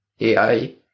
AI